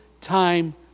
time